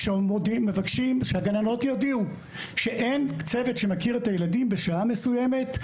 כשמבקשים שהגננות יודיעו שאין צוות שמכיר את הילדים בשעה מסוימת,